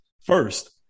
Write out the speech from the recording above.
first